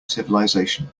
civilisation